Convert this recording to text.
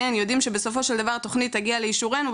יודעים שבסופו של דבר תכנית תגיע לאישורנו,